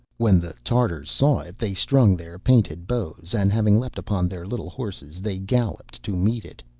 when the tartars saw it, they strung their painted bows, and having leapt upon their little horses they galloped to meet it.